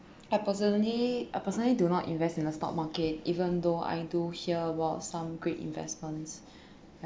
I personally I personally do not invest in the stock market even though I do hear about some great investments ya